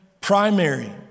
primary